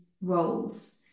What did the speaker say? roles